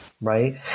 right